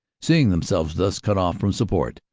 seeing themselves thus cut off from support,